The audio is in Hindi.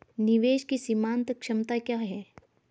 निवेश की सीमांत क्षमता क्या है?